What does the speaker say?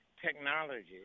technology